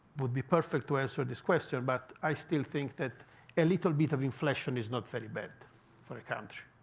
would be perfect to answer this question. but i still think that a little bit of inflation is not very bad for a country.